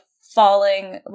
falling